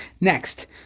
Next